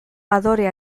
adorea